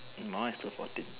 my one is still fourteen